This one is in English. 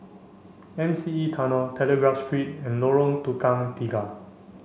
M C E Tunnel Telegraph Street and Lorong Tukang Tiga